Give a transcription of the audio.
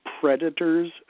predators